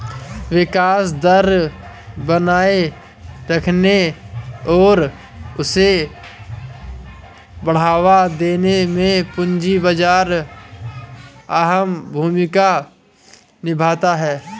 विकास दर बनाये रखने और उसे बढ़ावा देने में पूंजी बाजार अहम भूमिका निभाता है